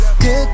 Good